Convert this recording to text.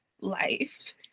life